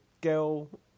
girl